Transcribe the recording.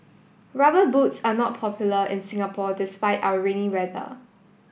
rubber boots are not popular in Singapore despite our rainy weather